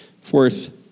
Fourth